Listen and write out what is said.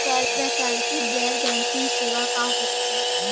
वैकल्पिक गैर बैंकिंग सेवा का होथे?